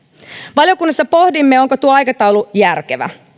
valiokunnassa pohdimme onko tuo aikataulu järkevä